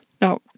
Now